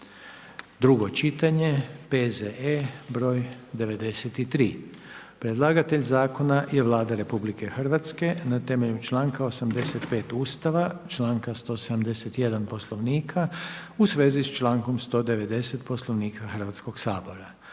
drugo čitanje, P.Z.E. br. 93. Predlagatelj zakona je Vlada RH na temelju članka 85. Ustava, članka 171. Poslovnika u svezi s člankom 190. Poslovnika Hrvatskog sabora.